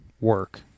work